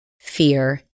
fear